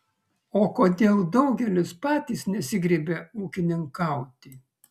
o kodėl daugelis patys nesigriebia ūkininkauti